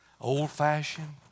Old-fashioned